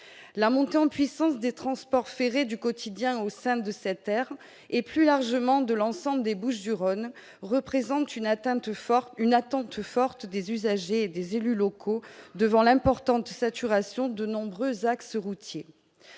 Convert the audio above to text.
la montée en puissance des transports ferrés du quotidien au sein de cette terre et plus largement de l'ensemble des Bouches-du-Rhône représente une atteinte forte, une attente forte des usagers et des élus locaux devant l'importante saturation de nombreux axes routiers